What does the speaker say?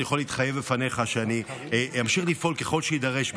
אני יכול להתחייב בפניך שאני אמשיך לפעול ככל שיידרש,